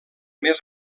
més